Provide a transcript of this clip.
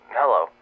hello